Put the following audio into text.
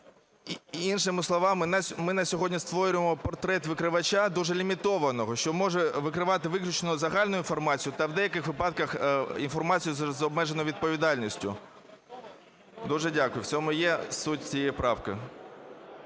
Іншими словами, ми на сьогодні створюємо портрет викривача дуже лімітованого, що може викривати виключно загальну інформацію та в деяких випадках інформацію з обмеженою відповідальністю. Дуже дякую. В цьому є суть цієї правки.